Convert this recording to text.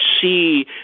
see